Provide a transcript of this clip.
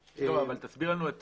לא, אבל תסביר לנו את